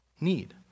need